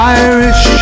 irish